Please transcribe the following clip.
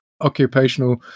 occupational